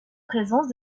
présence